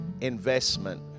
investment